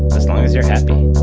as long as you're happy.